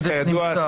הצדק נמצא.